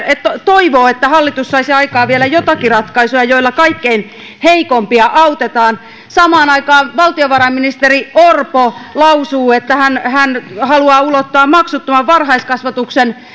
että toivoo että hallitus saisi aikaan vielä joitakin ratkaisuja joilla kaikkein heikoimpia autetaan samaan aikaan valtiovarainministeri orpo lausuu että hän hän haluaa maksuttoman varhaiskasvatuksen